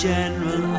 general